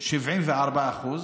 74%,